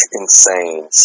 insane